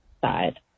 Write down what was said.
side